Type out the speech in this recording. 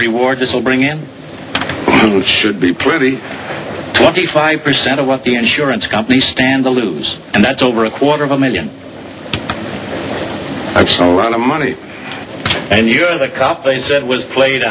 reward this will bring in should be pretty twenty five percent of what the insurance companies stand to lose and that's over a quarter of a million a small round of money and you're the cop they said was played